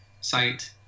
site